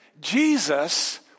Jesus